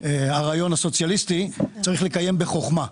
זה הרעיון הסוציאליסטי צריך לקיים בחוכמה.